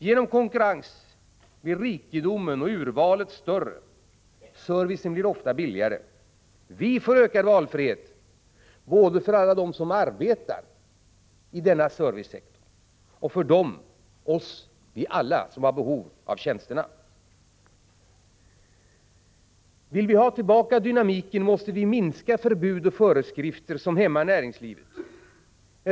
Genom konkurrens blir rikedomen och urvalet större, och servicen blir ofta billigare. Vi får ökad valfrihet, både för alla dem som arbetar i denna servicesektor och för oss alla som har behov av tjänsterna. Vill vi ha tillbaka dynamiken måste vi minska förbud och föreskrifter som hämmar näringslivet.